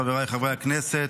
חבריי חברי הכנסת,